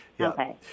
Okay